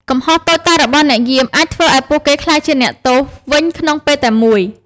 កំហុសតូចតាចរបស់អ្នកយាម អាចធ្វើឱ្យពួកគេក្លាយជាអ្នកទោសវិញក្នុងពេលតែមួយ។